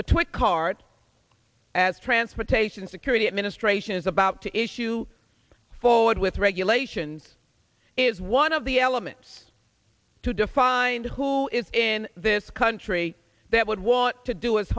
the twit cart as transportation security administration is about to issue forward with regulations is one of the elements to define who is in this country that would want to do